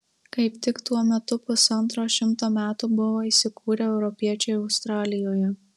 kaip tik tuo metu pusantro šimto metų buvo įsikūrę europiečiai australijoje